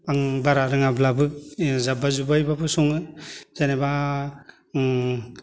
आं बारा रोङाब्लाबो जाबबा जुबबायैबाबो सङो जेनेबा